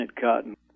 cotton